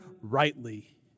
rightly